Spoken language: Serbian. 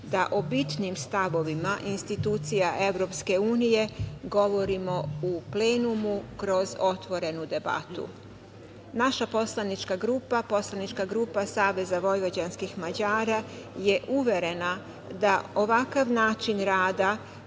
da o bitnim stavovima institucija EU govorimo u plenumu kroz otvorenu debatu. Naša poslanička grupa, Poslanička grupa SVM je uverena da ovakav način rada